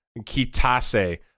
Kitase